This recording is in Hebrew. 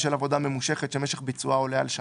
בשל עבודה ממושכת שמשך ביצועה עולה על שנה,